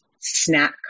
snack